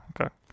Okay